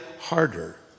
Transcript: harder